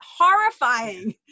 horrifying